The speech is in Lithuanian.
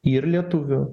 ir lietuvių